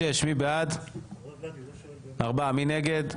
הצבעה בעד, 4 נגד,